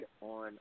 on